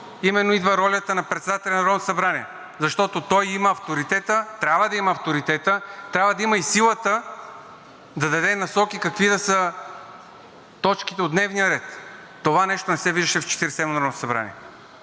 именно идва ролята на председателя на Народното събрание, защото той трябва да има авторитета, трябва да има и силата да даде насоки какви да са точките от дневния ред, а това нещо не се виждаше в Четиридесет